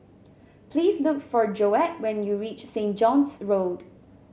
please look for Joette when you reach Saint John's Road